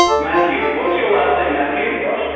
matthew. what's your last name, matthew? and so yeah